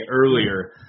earlier